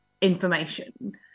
information